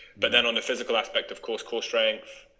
but then on the physical aspect of course core strength